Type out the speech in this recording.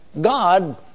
God